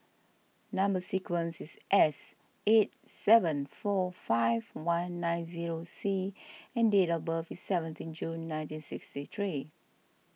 Number Sequence is S eight seven four five one nine zero C and date of birth is seventeen June nineteen sixty three